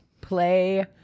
play